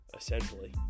essentially